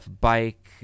Bike